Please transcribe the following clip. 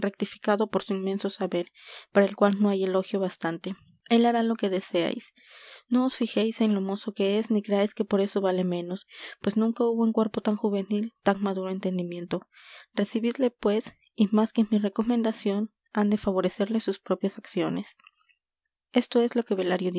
rectificado por su inmenso saber para el cual no hay elogio bastante él hará lo que deseais no os fijeis en lo mozo que es ni creais que por eso vale menos pues nunca hubo en cuerpo tan juvenil tan maduro entendimiento recibidle pues y más que mi recomendacion han de favorecerle sus propias acciones esto es lo que